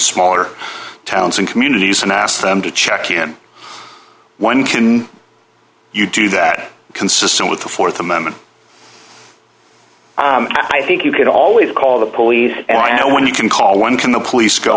smaller towns and communities and ask them to check in one can you do that consistent with the th amendment i think you could always call the police and i know when you can call one can the police go